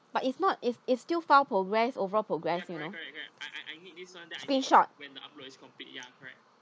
but is not is is still far progress overall progress you know screenshot